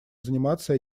заниматься